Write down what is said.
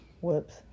Whoops